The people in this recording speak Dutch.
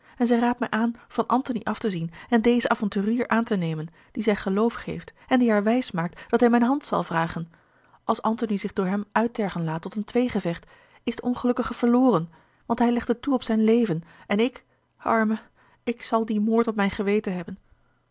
en zij raadt mij aan van antony af te zien en dezen avonturier aan te nemen dien zij geloof geeft en die haar wijsmaakt dat hij mijne hand zal vragen als antony zich door hem uittergen laat tot een tweegevecht is de ongelukkige verloren want hij legt het toe op zijn leven en ik arme ik zal dien moord op mijn geweten hebben